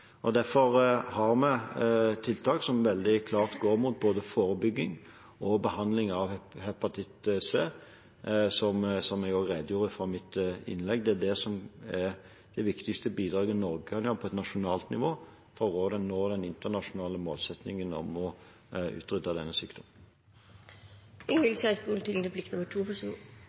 Og derfor har vi tiltak som veldig klart retter seg mot både forebygging og behandling av hepatitt C. Som jeg også redegjorde for i mitt innlegg, er det det som er det viktigste Norge kan bidra med på et nasjonalt nivå for å nå den internasjonale målsettingen om å utrydde denne